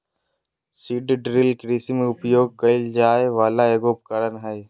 seed drill कृषि में उपयोग कइल जाय वला एगो उपकरण हइ